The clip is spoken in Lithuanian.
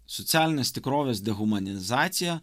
socialinės tikrovės dehumanizaciją